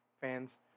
fans